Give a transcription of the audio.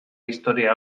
historia